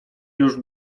już